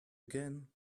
again